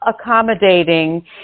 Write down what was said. accommodating